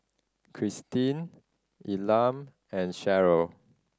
Kristyn Elam and Sharon